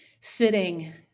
sitting